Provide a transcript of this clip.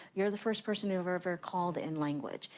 you're the first person who's ever ever called in language,